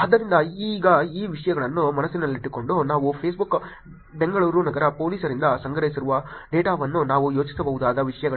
ಆದ್ದರಿಂದ ಈಗ ಈ ವಿಷಯಗಳನ್ನು ಮನಸ್ಸಿನಲ್ಲಿಟ್ಟುಕೊಂಡು ನಾವು ಫೇಸ್ಬುಕ್ ಬೆಂಗಳೂರು ನಗರ ಪೊಲೀಸರಿಂದ ಸಂಗ್ರಹಿಸಿರುವ ಡೇಟಾವನ್ನು ನಾವು ಯೋಚಿಸಬಹುದಾದ ವಿಷಯಗಳೇನು